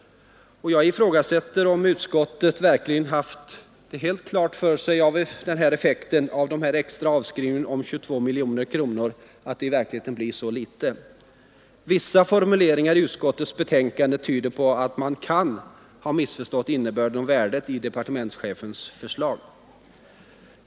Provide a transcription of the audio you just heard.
Jag ifrågasätter om utskottet verkligen haft klart för sig att effekten av den extra avskrivningen på 22 miljoner kronor blir så liten. Vissa formuleringar i utskottets betänkande tyder på att man kan ha missförstått innebörden och värdet i departementschefens förslag.